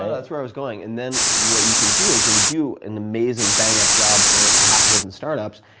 ah that's where i was going. and then what you can do is when you do an amazing bang-up job for half a dozen startups,